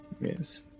Yes